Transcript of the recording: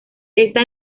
esta